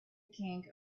king